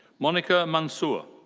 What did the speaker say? monica mansour.